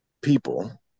people